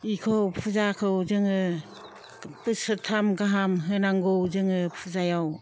बेखौ फुजाखौ जोङो बोसोरथाम गाहाम होनांगौ जोङो फुजायाव